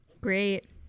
Great